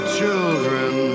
children